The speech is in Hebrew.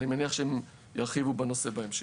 אני מניח שהם ירחיבו בנושא בהמשך.